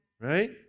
right